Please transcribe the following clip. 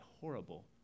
horrible